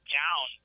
down